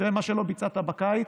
תראה, מה שלא ביצעת בקיץ,